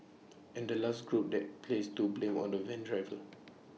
and the last group that placed to blame on the van driver